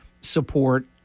support